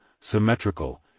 symmetrical